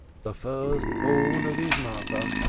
the first-born of his mother,